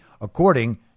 according